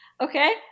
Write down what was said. Okay